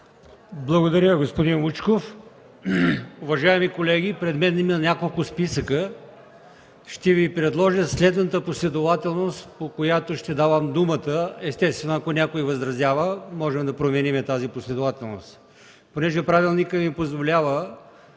Благодаря, господин Вучков. Уважаеми колеги, пред мен има няколко списъка. Ще Ви предложа следната последователност, по която ще давам думата. Естествено, ако някой възразява, можем да променим тази последователност. Понеже правилникът ми позволява